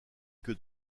que